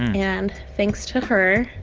and thanks to her,